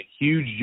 huge